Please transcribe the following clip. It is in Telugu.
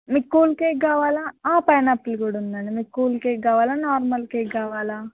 మీకు కూల్ కేక్ కావాలా పైనాపిల్ కూడా ఉందండి మీకు కూల్ కేక్ కావాలా నార్మల్ కేక్ కావాలా